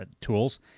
tools